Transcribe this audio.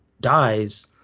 dies